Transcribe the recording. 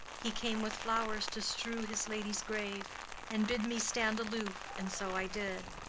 he came with flowers to strew his lady's grave and bid me stand aloof, and so i did.